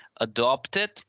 adopted